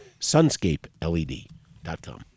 SunscapeLED.com